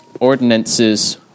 ordinances